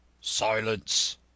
Silence